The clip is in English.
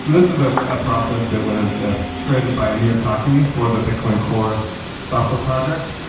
this is a ah process that was created by amir taaki for the bitcoin core software project.